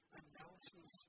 announces